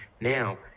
Now